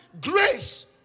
grace